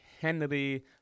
henry